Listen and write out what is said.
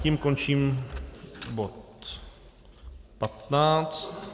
Tím končím bod 15.